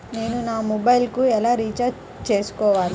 నేను నా మొబైల్కు ఎలా రీఛార్జ్ చేసుకోవాలి?